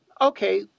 okay